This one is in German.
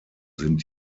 sind